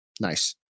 Nice